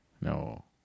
No